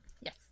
Yes